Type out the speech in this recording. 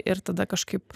ir tada kažkaip